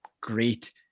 great